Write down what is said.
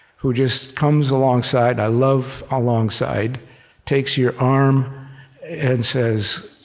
who just comes alongside i love alongside takes your arm and says,